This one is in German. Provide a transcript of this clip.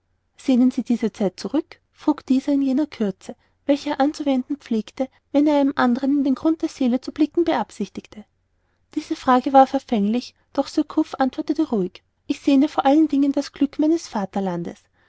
sehnen sie diese zeit zurück frug dieser mit jener kürze welche er anzuwenden pflegte wenn er einem andern in den grund der seele zu blicken beabsichtigte diese frage war verfänglich doch surcouf antwortete ruhig ich ersehne vor allen dingen das glück meines vaterlandes